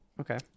Okay